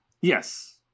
Yes